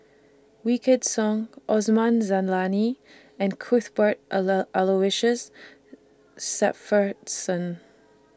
Wykidd Song Osman Zailani and Cuthbert Aloysius Shepherdson